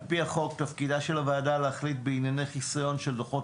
על פי החוק תפקידה של הוועדה להחליט בענייני חיסיון של דוחות